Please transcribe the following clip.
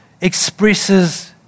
expresses